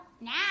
now